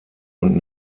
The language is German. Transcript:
und